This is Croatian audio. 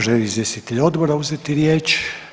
Želi li izvjestitelj odbora uzeti riječ?